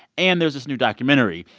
and there's this new documentary,